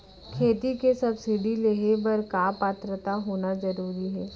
खेती के सब्सिडी लेहे बर का पात्रता होना जरूरी हे?